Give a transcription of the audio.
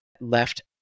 left